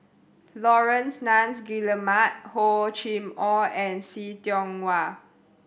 Laurence Nunns Guillemard Hor Chim Or and See Tiong Wah